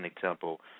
temple